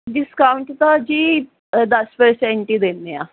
discount ਤਾਂ ਜੀ ਦਸ ਪਰਸੈਂਟ ਹੀ ਦਿੰਦੇ ਹਾਂ